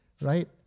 right